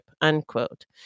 Unquote